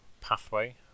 Pathway